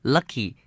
Lucky